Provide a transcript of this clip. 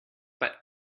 but